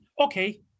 Okay